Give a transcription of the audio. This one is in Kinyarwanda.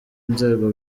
inzego